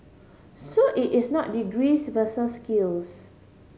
so it is not degrees versus skills